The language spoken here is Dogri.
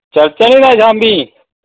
चलचै फिर शाम्मी